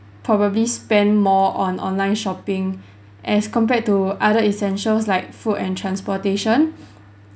probably spend more on online shopping as compared to other essentials like food and transportation